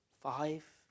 five